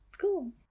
Cool